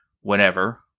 whenever